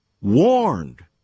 warned